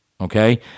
okay